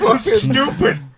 stupid